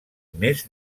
més